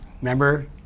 remember